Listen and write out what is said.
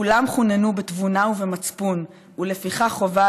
כולם חוננו בתבונה ובמצפון ולפיכך חובה